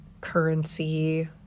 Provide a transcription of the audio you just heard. currency